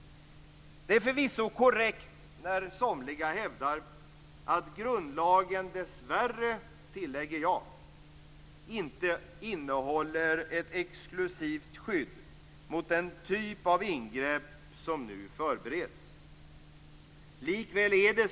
Somliga hävdar att grundlagen inte innehåller något exklusivt skydd mot den typ av ingrepp som nu förbereds. Det är dessvärre korrekt.